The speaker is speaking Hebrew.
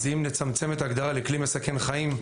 אז אם נצמצם את ההגדרה לכלי מסכן חיים,